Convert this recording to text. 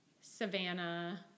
Savannah